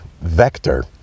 vector